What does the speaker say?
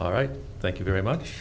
all right thank you very much